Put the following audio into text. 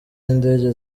n’indege